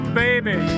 baby